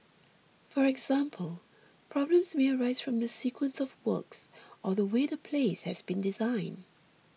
for example problems may arise from the sequence of works or the way the place has been designed